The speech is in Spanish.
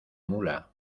mula